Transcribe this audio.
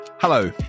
Hello